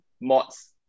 mods